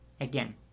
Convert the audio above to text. again